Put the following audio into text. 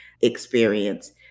experience